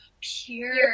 pure